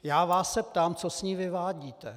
Já vás se ptám, co s ní vyvádíte.